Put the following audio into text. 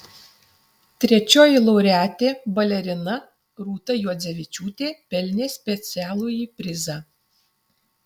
trečioji laureatė balerina rūta juodzevičiūtė pelnė specialųjį prizą